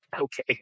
Okay